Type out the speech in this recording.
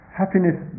happiness